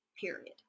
period